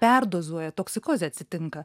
perdozuoja toksikozė atsitinka